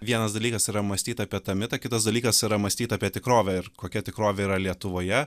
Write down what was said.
vienas dalykas yra mąstyt apie tą mitą kitas dalykas yra mąstyt apie tikrovę ir kokia tikrovė yra lietuvoje